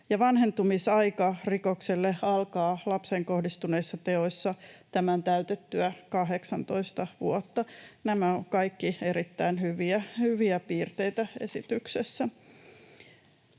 Vanhentumisaika rikokselle alkaa lapseen kohdistuneissa teoissa tämän täytettyä 18 vuotta. Nämä ovat kaikki erittäin hyviä piirteitä esityksessä.